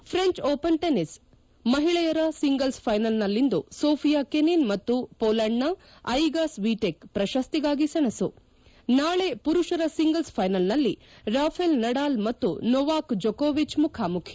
French Open tennis ಮಹಿಳೆಯರ singles ಫ್ವೆನಲ್ನಲ್ಲಿಂದು Sofia Kenin ಮತ್ತು ಪೊಲೆಂಡ್ನ ಐಗಾ ಸ್ವೀಟೆಕ್ ಪ್ರಶಸ್ತಿಗಾಗಿ ಸೆಣಸು ನಾಳೆ ಮರುಪರ ಸಿಂಗಲ್ಸ್ ಫ್ಲೆನಲ್ನಲ್ಲಿ ರಾಫೆಲ್ ನಡಾಲ್ ಮತ್ತು ನೊವಾಕ್ ಜೊಕೊವಿಚ್ ಮುಖಾಮುಖಿ